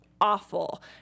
awful